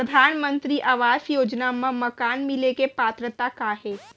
परधानमंतरी आवास योजना मा मकान मिले के पात्रता का हे?